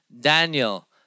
Daniel